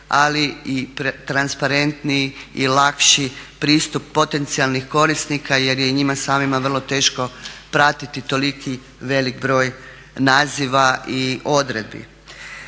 ali i transparentniji i lakši pristup potencijalnih korisnika jer je i njima samima vrlo teško pratiti toliko veliki broj naziva i odredbi.